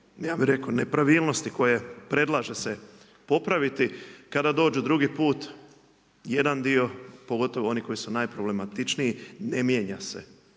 ja bih rekao nepravilnosti koje predlaže se popraviti. Kada dođu drugi put jedan dio, pogotovo oni koji su najproblematičniji ne mijenja se.